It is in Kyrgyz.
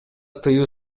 тыюу